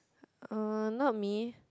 uh not me